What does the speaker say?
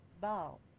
Ball